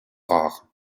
rares